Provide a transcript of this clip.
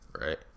right